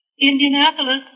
Indianapolis